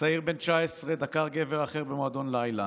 צעיר בן 19 דקר גבר אחר במועדון לילה,